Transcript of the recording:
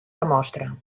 demostra